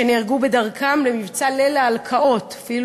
שנהרגו בדרכם למבצע "ליל ההלקאות" אפילו